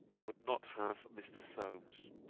i would not have mr. solmes